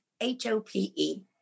H-O-P-E